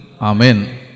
amen